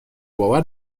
باور